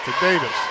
Davis